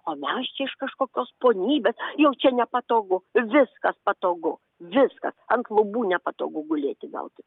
o mes čia iš kažkokios ponybės jau čia nepatogu viskas patogu viskas ant lubų nepatogu gulėti gal tik